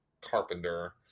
carpenter